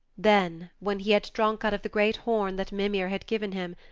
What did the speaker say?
then when he had drunk out of the great horn that mimir had given him,